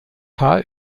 haar